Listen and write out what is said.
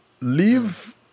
leave